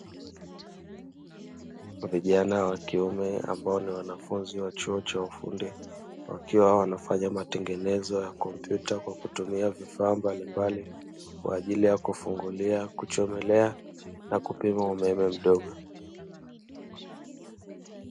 Vijana wa kiume, ambao ni wanafunzi wa chuo cha ufundi, wakiwa wanafanya matengenezo ya kompyuta kwa kutumia vifaa mbalimbali kwa ajili ya: kufungulia, kuchomelea na kupima umeme mdogo.